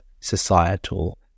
societal